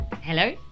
Hello